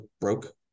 broke